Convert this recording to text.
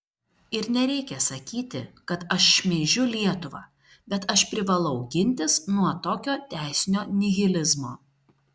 ir nereikia sakyti kad aš šmeižiu lietuvą bet aš privalau gintis nuo tokio teisinio nihilizmo